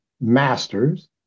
master's